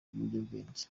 ibiyobyabwenge